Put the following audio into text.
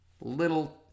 little